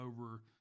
over